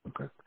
Okay